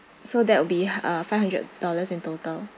so that will be hu~ uh five hundred dollars in total